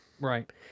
Right